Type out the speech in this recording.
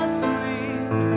sweet